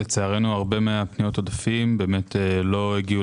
לצערנו רבות מפניות העודפים לא הגיעו